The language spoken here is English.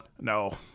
No